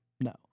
no